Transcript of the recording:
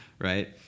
Right